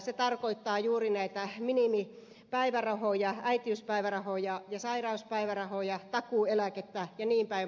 se tarkoittaa juuri näitä minimipäivärahoja äitiyspäivärahoja ja sairauspäivärahoja takuueläkettä jnp